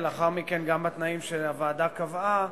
ולאחר מכן גם בתנאים שהוועדה קבעה